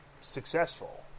successful